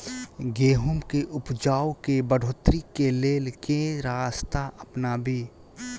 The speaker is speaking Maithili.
गेंहूँ केँ उपजाउ केँ बढ़ोतरी केँ लेल केँ रास्ता अपनाबी?